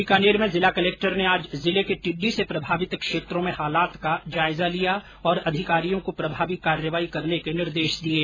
बीकानेर में जिला कलेक्टर ने आज जिले के टिड्डी से प्रभावित क्षेत्रों में हालात का जायजा लिया और अधिकारियों को प्रभावी कार्यवाही करने के निर्देश दिये